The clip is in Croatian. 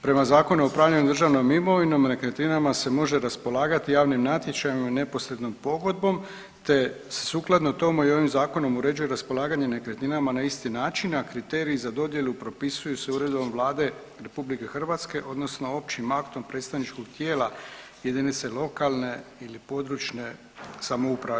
Prema Zakonu o upravljanju državnom imovinom nekretninama se može raspolagati javnim natječajem i neposrednom pogodbom te sukladno tomu i ovim zakonom uređuje raspolaganje nekretninama na isti način, a kriterij za dodjelu propisuju se uredbom Vlade RH odnosno općim aktom predstavničkog tijela jedinice lokalne ili područne samouprave.